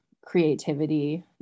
creativity